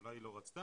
אולי היא לא רצתה.